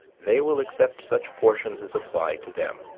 they will accept such portions as apply to them.